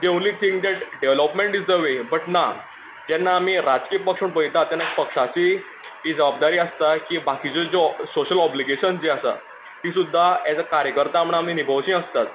the only thing that development is the way but ना जेन्ना आमी राजकीय पक्ष म्हण पयतात तेन्ना पक्षाची ही जबाबदारी आसता की बाकिच्यो ज्यो सोशियल ओबलिगेशन्स जीं आसा तीं सुद्दां एज अ कार्यकर्ता म्हूण आमी निभोवचीं आसतात